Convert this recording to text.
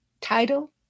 title